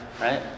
Right